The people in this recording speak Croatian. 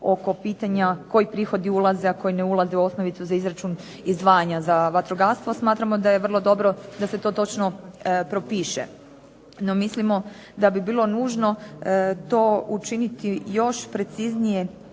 oko pitanja koji prihodi ulaze, a koji ne ulaze u osnovicu za izračun izdvajanja za vatrogastvo smatramo da je vrlo dobro da se to točno propiše. No mislimo da bi bilo nužno to učiniti još preciznije